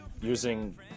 using